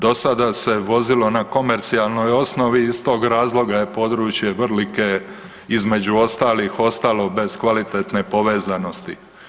Do sada se vozilo na komercijalnoj osnovi i iz tog razloga je područje Vrlike između ostalih ostalo bez kvalitetne povezanosti.